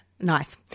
Nice